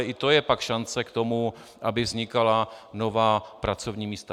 I to je pak šance k tomu, aby vznikala nová pracovní místa.